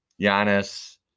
Giannis